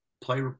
play